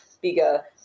bigger